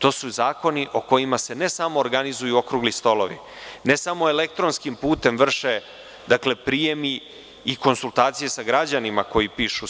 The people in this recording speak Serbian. To su zakoni o kojima se ne samo organizuju okrugli stolovi, ne samo elektronskim putem vrše prijemi i konsultacije sa građanima koji pišu